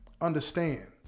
understand